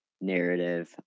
narrative